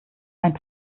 ein